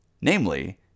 Namely